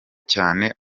cyane